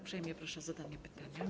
Uprzejmie proszę o zadanie pytania.